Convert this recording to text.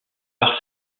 par